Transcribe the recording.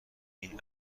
این